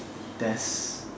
test